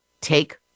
Take